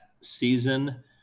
season